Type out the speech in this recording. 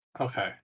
Okay